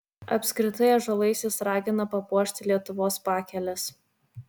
apskritai ąžuolais jis ragina papuošti lietuvos pakeles